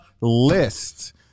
list